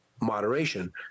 moderation